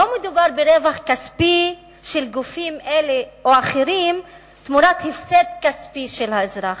לא מדובר ברווח כספי של גופים אלה או אחרים לעומת הפסד כספי של האזרח,